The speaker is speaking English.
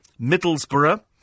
Middlesbrough